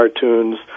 cartoons